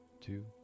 two